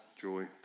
joy